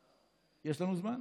יש לנו זמן?